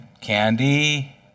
Candy